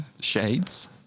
Shades